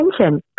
attention